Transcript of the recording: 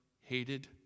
hated